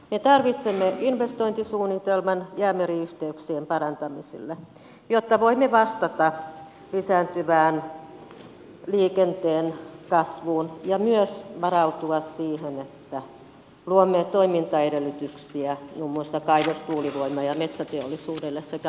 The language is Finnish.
me tarvitsemme investointisuunnitelman jäämeri yhteyksien parantamiselle jotta voimme vastata lisääntyvään liikenteen kasvuun ja myös varautua siihen että luomme toimintaedellytyksiä muun muassa kaivos tuulivoima ja metsäteollisuudelle sekä matkailulle